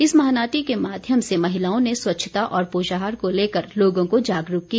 इस महानाटी के माध्यम से महिलाओं ने स्वच्छता और पोषाहार को लेकर लोगों को जागरूक किया